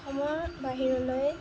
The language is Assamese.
অসমৰ বাহিৰলৈ